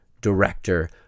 director